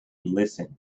listen